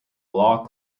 law